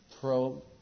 pro